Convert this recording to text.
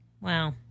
wow